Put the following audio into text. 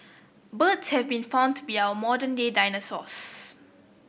birds have been found to be our modern day dinosaurs